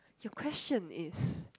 your question is